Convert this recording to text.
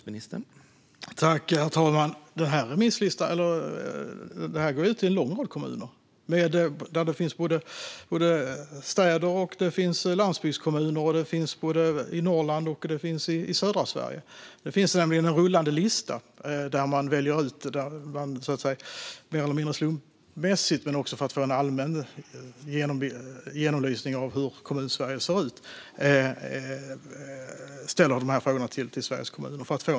Herr talman! Remisser går ut till en lång rad kommuner. Det är både städer och landsbygdskommuner i såväl Norrland som södra Sverige. Det finns nämligen en rullande lista där man mer eller mindre slumpmässigt, för att få en allmän genomlysning och en bild av hur Kommunsverige ser ut, ställer frågor till Sveriges kommuner.